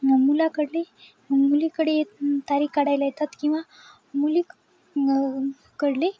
मुलाकडली मुलीकडे ये तारीख काढायला येतात किंवा मुली कडली